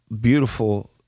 beautiful